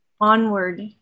onward